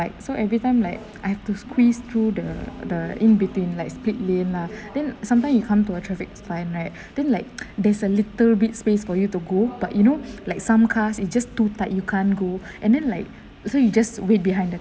so every time like I have to squeeze through the the in between like split lane lah then sometime you come to a traffic fine right then like there's a little bit space for you to go but you know like some cars it just too tight you can't go and then like so you just wait behind them